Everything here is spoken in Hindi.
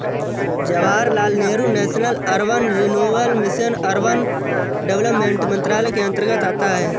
Jawaharlal Nehru national urban renewal mission urban development मंत्रालय के अंतर्गत आता है